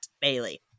Bailey